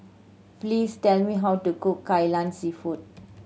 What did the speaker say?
please tell me how to cook Kai Lan Seafood